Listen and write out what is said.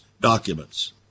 documents